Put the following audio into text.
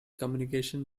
communication